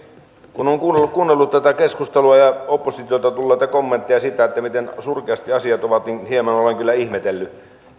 kun olen kuunnellut tätä keskustelua ja oppositiolta tulleita kommentteja siitä miten surkeasti asiat ovat niin hieman olen kyllä ihmetellyt